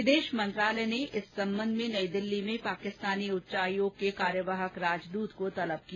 विदेश मंत्रालय ने इस संबंध में नई दिल्ली में पाकिस्तानी उच्चायोग के कार्यवाहक राजदूत को तलब किया